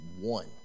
one